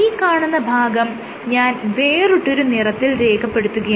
ഈ കാണുന്ന ഭാഗം ഞാൻ വേറിട്ടൊരു നിറത്തിൽ രേഖപ്പെടുത്തുകയാണ്